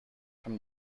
from